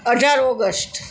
અઢાર ઓગસ્ટ